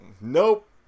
nope